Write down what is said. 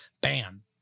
Bam